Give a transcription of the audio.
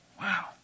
Wow